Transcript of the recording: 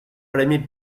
premi